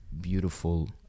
beautiful